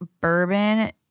bourbon